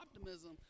optimism